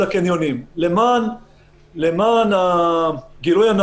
למה לא להיערך?